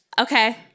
Okay